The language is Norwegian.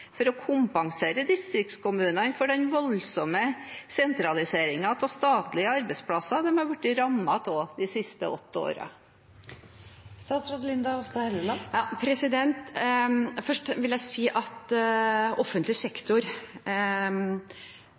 for å kompensere distriktskommunene for den voldsomme sentraliseringen av statlige arbeidsplasser de er blitt rammet av de siste åtte årene? Først vil jeg si at offentlig sektor